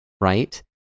Right